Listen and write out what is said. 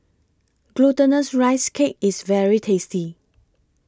Glutinous Rice Cake IS very tasty